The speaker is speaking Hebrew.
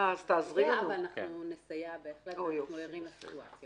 אנחנו בהחלט ערים לסיטואציה.